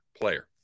player